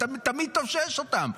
תמיד טוב שיש אותם,